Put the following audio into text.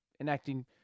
enacting